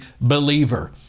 believer